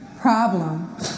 Problem